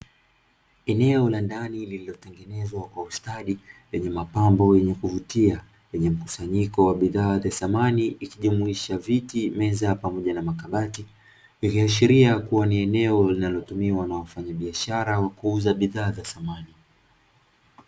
Eneo la ndani lililo tengenezwa kwa ustadi lenye mapambo yenye kuvutia lenye mkusanyiko wa bidhaa za samani, ikijumuisha viti meza pamoja na makabati iliashiria kuwa ni eneo linalotumiwa kuuza bidhaa za samani.